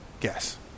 Yes